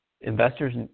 investors